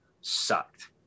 sucked